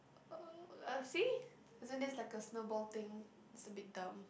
uh ah see isn't this like a snowball thing it's a bit dumb